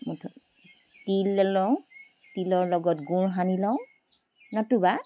এইটো তিল লওঁ তিলৰ লগত গুড় সানি লওঁ নতুবা